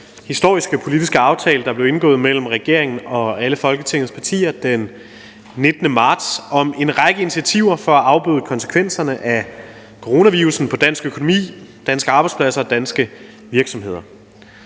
historiske politiske aftale, der blev indgået mellem regeringen og alle Folketingets partier den 19. marts om en række initiativer for at afbøde konsekvenserne af coronavirussen for dansk økonomi, danske arbejdspladser og danske virksomheder.